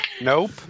Nope